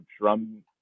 drum